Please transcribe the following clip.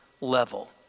level